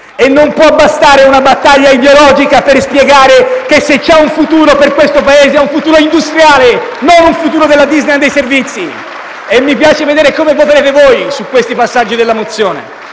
E non può bastare una battaglia ideologica per spiegare che, se c'è un futuro per questo Paese, è un futuro industriale, non un futuro da Disneyland dei servizi, e mi piacerà vedere come voterete voi su questi passaggi della mozione.